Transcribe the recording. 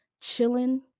chilling